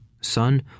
son